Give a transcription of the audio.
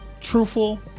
truthful